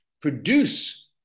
produce